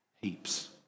heaps